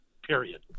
Period